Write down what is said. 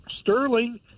Sterling